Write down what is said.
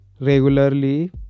regularly